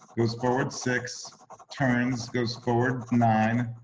goes forward, six turns goes forward, nine,